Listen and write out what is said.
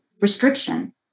restriction